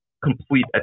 Complete